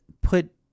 put